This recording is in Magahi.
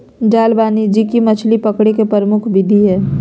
जाल वाणिज्यिक मछली पकड़े के प्रमुख विधि हइ